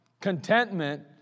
contentment